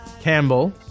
Campbell